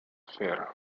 fer